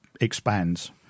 expands